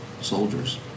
soldiers